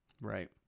Right